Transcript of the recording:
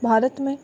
भारत में